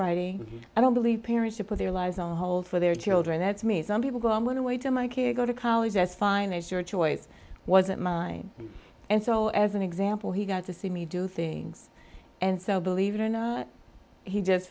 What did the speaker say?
writing i don't believe parents who put their lives on hold for their children that's me some people go one way to my kid go to college that's fine it's your choice wasn't mine and so as an example he got to see me do things and so believe it or not he just